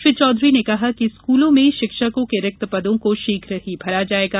श्री चौधरी ने कहा कि स्कूलों में शिक्षकों के रिक्त पदो को शीघ्र ही भरा जायेगा